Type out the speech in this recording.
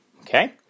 okay